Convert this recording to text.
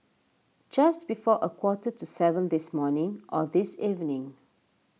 just before a quarter to seven this morning or this evening